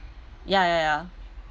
ya ya ya